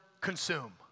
consume